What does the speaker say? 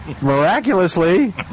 miraculously